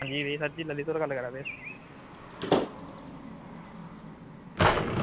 जी sir जी material आह्ले गल्ल करा दे